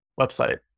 website